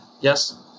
Yes